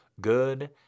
Good